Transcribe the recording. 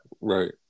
Right